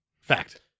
Fact